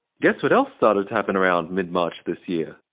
guess what else started to happen around mid-march this year!